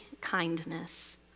kindness